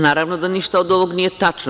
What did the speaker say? naravno da ništa od ovog nije tačno.